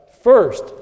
First